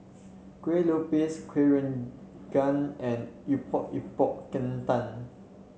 Kuih Lopes kueh and Epok Epok Kentang